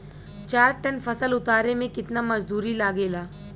चार टन फसल उतारे में कितना मजदूरी लागेला?